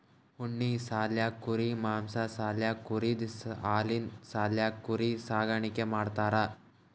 ಉಣ್ಣಿ ಸಾಲ್ಯಾಕ್ ಕುರಿ ಮಾಂಸಾ ಸಾಲ್ಯಾಕ್ ಕುರಿದ್ ಹಾಲಿನ್ ಸಾಲ್ಯಾಕ್ ಕುರಿ ಸಾಕಾಣಿಕೆ ಮಾಡ್ತಾರಾ